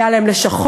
היו להם לשכות,